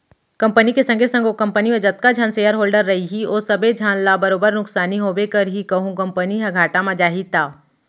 company के संगे संग ओ कंपनी म जतका झन सेयर होल्डर रइही ओ सबे झन ल बरोबर नुकसानी होबे करही कहूं कंपनी ह घाटा म जाही त